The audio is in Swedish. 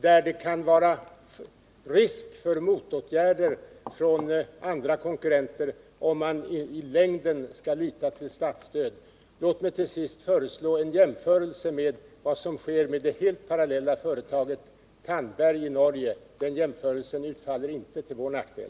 Det föreligger risk för motåtgärder från konkurrenterna om företaget i längden måste lita till statsstöd. Låt mig till sist föreslå en jämförelse med vad som sker beträffande det helt parallella företaget Tandberg i Norge. Den jämförelsen utfaller inte till vår nackdel.